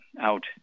out